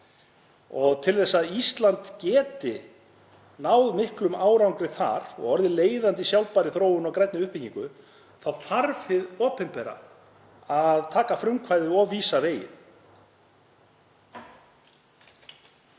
Til að Ísland geti náð miklum árangri þar og orðið leiðandi í sjálfbærri þróun og grænni uppbyggingu þarf hið opinbera að taka frumkvæði og vísa veginn.